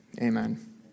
amen